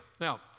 now